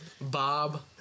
Bob